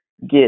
get